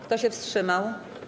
Kto się wstrzymał?